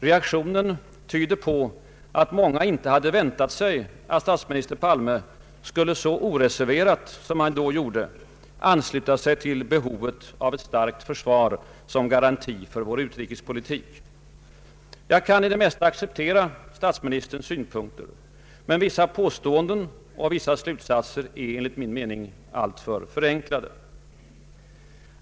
Reaktionen tydde på att många inte väntat sig att statsministern skulle så oreserverat som han då gjorde ansluta sig till uppfattningen att vi behöver ett starkt försvar som garanti för vår utrikespolitik. Jag kan i det mesta acceptera statsministerns synpunkter. Vissa påståenden och slutsatser är emellertid enligt min mening alltför förenklade.